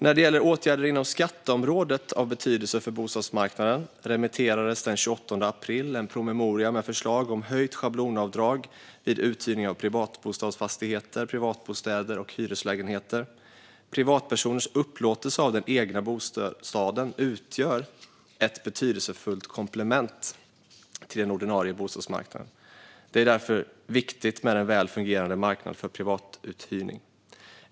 När det gäller åtgärder inom skatteområdet av betydelse för bostadsmarknaden remitterades den 28 april en promemoria med förslag om höjt schablonavdrag vid uthyrning av privatbostadsfastigheter, privatbostäder och hyreslägenheter. Privatpersoners upplåtelse av den egna bostaden utgör ett betydelsefullt komplement till den ordinarie bostadsmarknaden. Det är därför viktigt med en väl fungerande marknad för privatuthyrning.